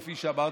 כפי שאמרת,